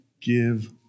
give